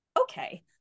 okay